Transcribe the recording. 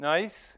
Nice